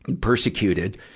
persecuted